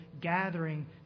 gathering